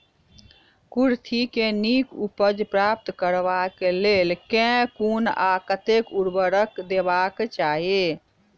कुर्थी केँ नीक उपज प्राप्त करबाक लेल केँ कुन आ कतेक उर्वरक देबाक चाहि?